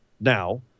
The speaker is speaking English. now